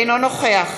אינו נוכח